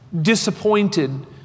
disappointed